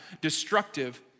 destructive